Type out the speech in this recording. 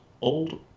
old